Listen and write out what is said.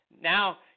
Now